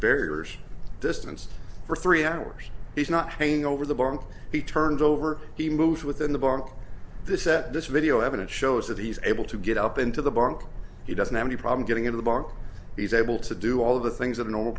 barriers distance for three hours he's not going over the bank he turned over he moved within the bar the set this video evidence shows that he's able to get up into the bank he doesn't have any problem getting into the park he's able to do all of the things that a normal